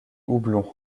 houblon